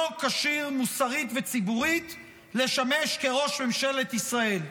כשיר מוסרית וציבורית לשמש כראש ממשלת ישראל,